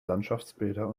landschaftsbilder